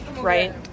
Right